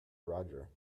roger